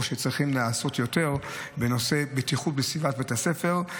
שצריכים להיעשות יותר בנושא בטיחות בסביבת בית הספר.